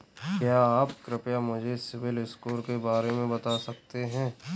क्या आप कृपया मुझे सिबिल स्कोर के बारे में बता सकते हैं?